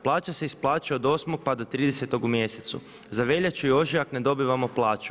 Plaća se isplaćuje od 8. pa do 30. u mjesecu, za veljaču i ožujak ne dobivamo plaću.